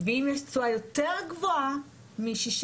ואם יש תשואה יותר גבוהה מ-6%,